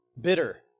bitter